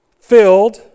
filled